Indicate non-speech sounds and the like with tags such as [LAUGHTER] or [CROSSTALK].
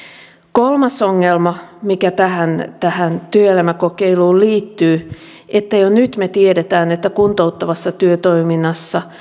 kolmas ongelma mikä tähän tähän työelämäkokeiluun liittyy on se että jo nyt me tiedämme että kuntouttavassa työtoiminnassa [UNINTELLIGIBLE]